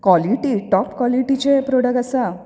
quality top कॉलिटीचे product आसा